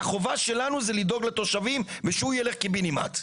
והחובה שלנו זה לדאוג לתושבים ושהוא ילך קיבינימט.